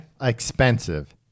Expensive